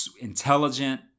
intelligent